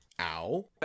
Ow